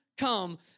come